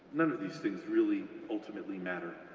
none of these things really, ultimately, matter.